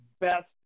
best